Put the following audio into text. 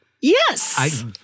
Yes